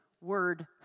word